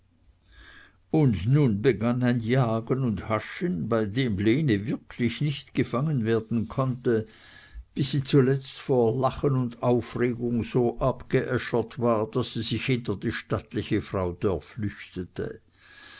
und nun begann ein jagen und haschen bei dem lene wirklich nicht gefangen werden konnte bis sie zuletzt vor lachen und aufregung so abgeäschert war daß sie sich hinter die stattliche frau dörr flüchtete